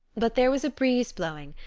but there was a breeze blowing,